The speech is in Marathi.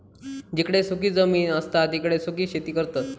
जिकडे सुखी जमीन असता तिकडे सुखी शेती करतत